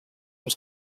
als